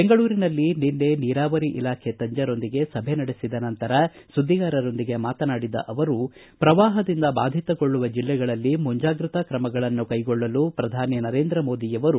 ಬೆಂಗಳೂರಿನಲ್ಲಿ ನಿನ್ನೆ ನೀರಾವರಿ ಇಲಾಖೆ ತಜ್ಞರೊಂದಿಗೆ ಸಭೆ ನಡೆಸಿದ ನಂತರ ಸುದ್ದಿಗಾರರೊಂದಿಗೆ ಮಾತನಾಡಿದ ಅವರು ಪ್ರವಾಪದಿಂದ ಬಾಧಿತಗೊಳ್ಳುವ ಜಿಲ್ಲೆಗಳಲ್ಲಿ ಮುಂಜಾಗೃತಾ ತ್ರಮಗಳನ್ನು ಕೈಗೊಳ್ಳಲು ಪ್ರಧಾನಿ ನರೇಂದ್ರ ಮೋದಿಯವರು